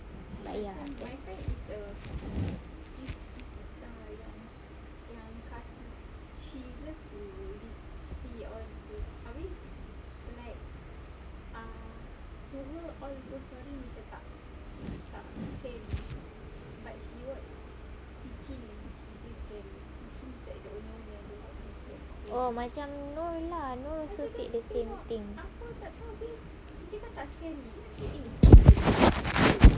but ya oh macam nur lah nur also say the same thing